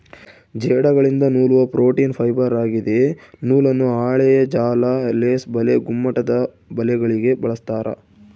ಜೇಡಗಳಿಂದ ನೂಲುವ protein fibre ಆಗಿದೆ ನೂಲನ್ನು ಹಾಳೆಯ ಜಾಲ ಲೇಸ್ ಬಲೆ ಗುಮ್ಮಟದಬಲೆಗಳಿಗೆ ಬಳಸ್ತಾರ